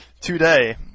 today